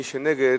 ומי שנגד,